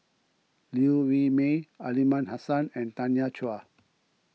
Liew Wee Mee Aliman Hassan and Tanya Chua